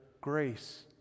grace